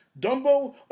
Dumbo